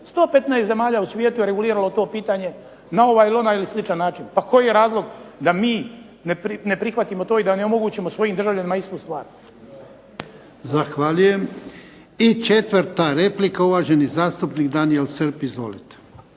115 zemalja u svijetu je reguliralo to pitanje na ovaj ili onaj ili sličan način, pa koji je razlog da mi ne prihvatimo to i da ne omogućimo svojim državljanima istu stvar. **Jarnjak, Ivan (HDZ)** Zahvaljujem. I četvrta replika, uvaženi zastupnik Daniel Srb. Izvolite.